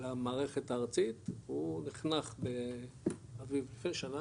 למערכת הארצית הוא נחנך באביב לפני שנה,